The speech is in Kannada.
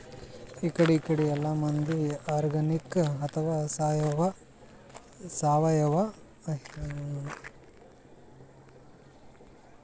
ಇಕಡಿ ಇಕಡಿ ಎಲ್ಲಾ ಮಂದಿ ಆರ್ಗಾನಿಕ್ ಅಥವಾ ಸಾವಯವ ಕೃಷಿಲೇ ಕಾಯಿಪಲ್ಯ ಹಣ್ಣ್ ತಗೋಬೇಕ್ ಅಂತಾರ್